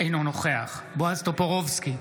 אינו נוכח בועז טופורובסקי,